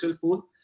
pool